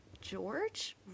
George